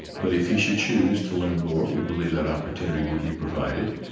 but if he should choose to learn more, we believe that opportunity would be provided.